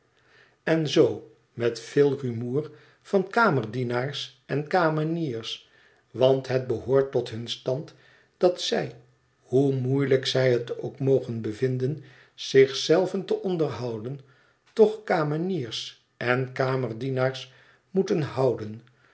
en zoo met veel rumoer van kamerdienaars en kameniers want het behoort tot hun stand dat zij hoe moeiehjk zij het ook mogen bevinden zich zelven te onderhouden toch kameniers en kamerdienaars moeten houden